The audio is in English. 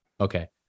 Okay